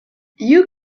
you